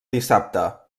dissabte